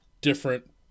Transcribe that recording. different